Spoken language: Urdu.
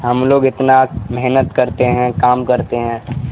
ہم لوگ اتنا محنت کرتے ہیں کام کرتے ہیں